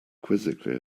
quizzically